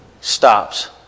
stops